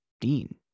Dean